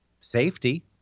safety